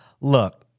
Look